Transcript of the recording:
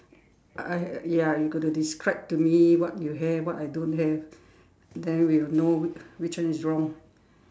alright ya you got to describe to me what you have what I don't have then we will know whi~ which one is wrong